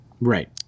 right